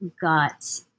got